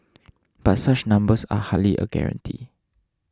but such numbers are hardly a guarantee